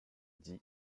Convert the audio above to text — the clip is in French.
dit